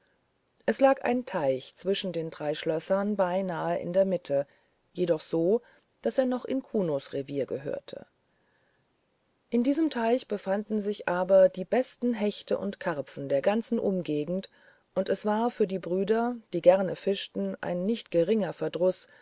es lag ein teich zwischen den drei schlössern beinahe in der mitte jedoch so daß er noch in kunos revier gehörte in diesem teich befanden sich aber die besten hechte und karpfen der ganzen umgegend und es war für die brüder die gerne fischten ein nicht geringer verdruß